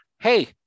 hey